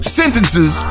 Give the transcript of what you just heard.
sentences